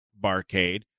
barcade